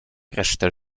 resztę